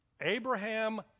Abraham